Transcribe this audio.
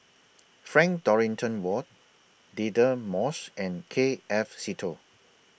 Frank Dorrington Ward Deirdre Moss and K F Seetoh